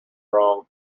wrong